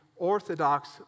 Orthodox